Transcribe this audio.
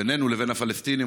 בינינו לבין הפלסטינים,